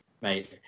Mate